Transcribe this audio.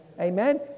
Amen